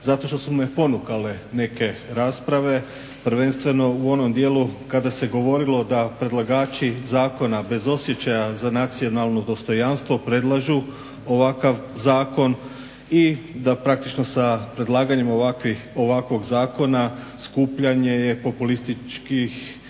zato što su me ponukale neke rasprave prvenstveno u onom dijelu kada se govorilo da predlagači zakona bez osjećaja za nacionalno dostojanstvo predlažu ovakav zakon i da praktično sa predlaganjem ovakvog zakona skupljanje je populističkih